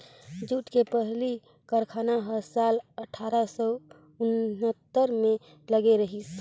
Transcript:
jute के पहिली कारखाना ह साल अठारा सौ उन्हत्तर म लगे रहिस